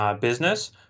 business